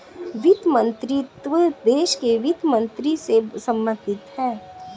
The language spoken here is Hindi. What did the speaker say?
वित्त मंत्रीत्व देश के वित्त मंत्री से संबंधित है